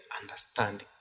understand